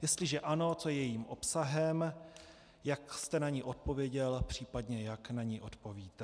Jestliže ano, co je jejím obsahem, jak jste na ni odpověděl, případně jak na ni odpovíte.